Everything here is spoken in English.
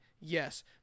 Yes